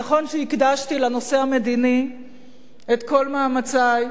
נכון שהקדשתי לנושא המדיני את כל מאמצי,